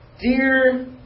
Dear